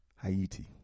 Haiti